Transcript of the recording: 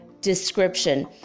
description